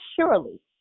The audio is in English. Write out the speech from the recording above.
surely